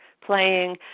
playing